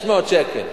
600 שקל.